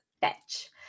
fetch